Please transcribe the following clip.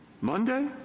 Monday